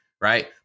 right